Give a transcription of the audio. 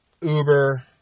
Uber